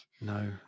no